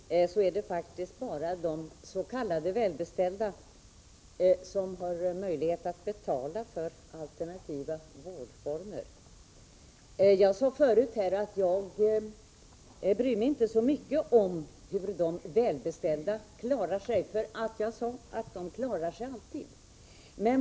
Herr talman! I dag är det faktiskt bara de s.k. välbeställda som har möjlighet att betala för alternativa vårdformer. Jag sade förut att jag inte bryr mig så mycket om de välbeställda, för de klarar sig alltid.